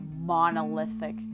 monolithic